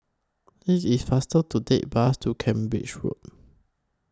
IS IT faster to Take Bus to Cambridge Road